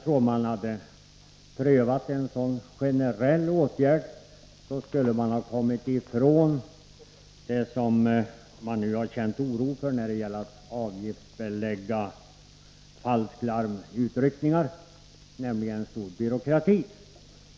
Om man hade prövat en sådan generell åtgärd tror jag att man skulle ha kommit ifrån det som man är orolig för att en avgiftsbeläggning av falsklarmutryckningar skall medföra, nämligen en stor byråkrati.